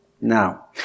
Now